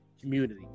communities